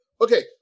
okay